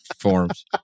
forms